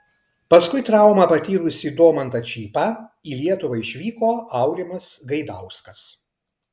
paskui traumą patyrusį domantą čypą į lietuvą išvyko aurimas gaidauskas